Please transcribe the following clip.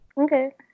Okay